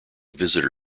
visitor